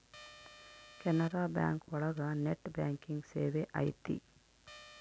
Canara bank ಒಳಗ net banking ಸೇವೆ ಐತಿ